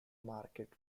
market